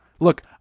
Look